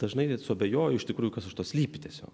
dažnai net suabejoju iš tikrųjų kas už to slypi tiesiog